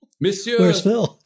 Monsieur